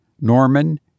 Norman